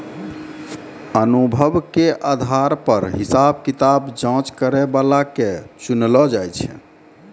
अनुभव के आधार पर हिसाब किताब जांच करै बला के चुनलो जाय छै